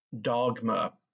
dogma